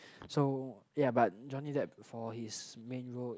so yeah but Johnny Depp before his main role